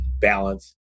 balance